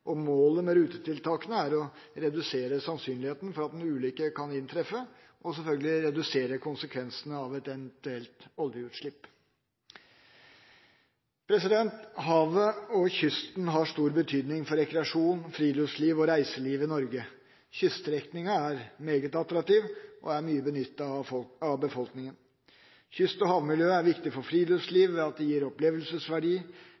kysten. Målet med rutetiltakene er å redusere sannsynligheten for at en ulykke kan inntreffe, og selvfølgelig redusere konsekvensene av et eventuelt oljeutslipp. Havet og kysten har stor betydning for rekreasjon, friluftsliv og reiseliv i Norge. Kyststrekningen er meget attraktiv og mye benyttet av befolkningen. Kyst- og havmiljøet er viktig for